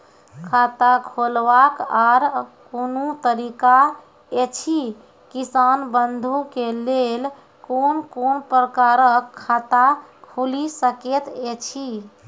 खाता खोलवाक आर कूनू तरीका ऐछि, किसान बंधु के लेल कून कून प्रकारक खाता खूलि सकैत ऐछि?